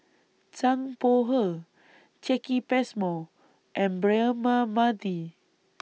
Zhang Bohe Jacki Passmore and Braema Mathi